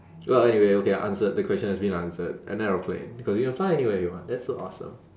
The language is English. well anyway okay I answered the question has been answered an aeroplane because you can fly anywhere you want that's so awesome